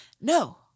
No